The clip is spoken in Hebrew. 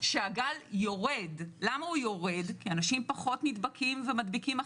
שהגל יורד, כי אנשים פחות נדבקים ומדביקים אחרים.